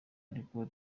ariko